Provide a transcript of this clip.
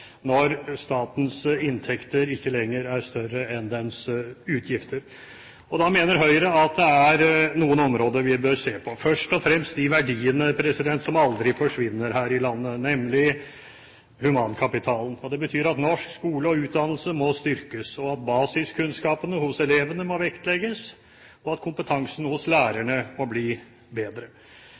når statens inntekter ikke lenger er større enn dens utgifter. Da mener Høyre at det er noen områder vi bør se på, først og fremst de verdiene som aldri forsvinner her i landet, nemlig humankapitalen. Det betyr at norsk skole og utdannelse må styrkes, at basiskunnskapene hos elevene må vektlegges, og at kompetansen hos lærerne må bli bedre.